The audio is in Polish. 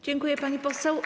Dziękuję, pani poseł.